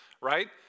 right